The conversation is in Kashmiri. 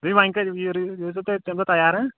دوپُے وۄنۍ کَر روٗزیو تیٚلہِ تَمہِ دۄہ تیار ہا